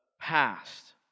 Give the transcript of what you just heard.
past